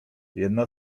jedna